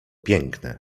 piękne